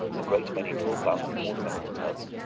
a great many tall plants in ornamental tubs,